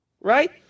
Right